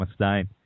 Mustaine